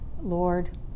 Lord